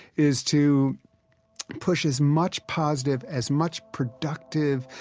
is to push as much positive, as much productive,